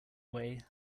away